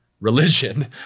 Religion